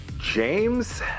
James